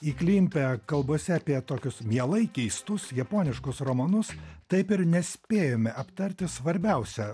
įklimpę kalbose apie tokius mielai keistus japoniškus romanus taip ir nespėjome aptarti svarbiausią